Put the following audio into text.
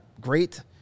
great